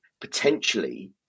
potentially